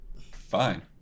fine